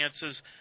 chances